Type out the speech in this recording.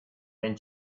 then